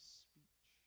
speech